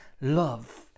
love